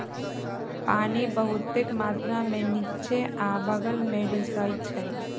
पानी बहुतेक मात्रा में निच्चे आ बगल में रिसअई छई